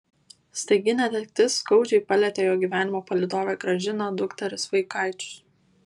staigi netektis skaudžiai palietė jo gyvenimo palydovę gražiną dukteris vaikaičius